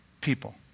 people